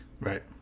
Right